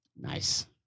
Nice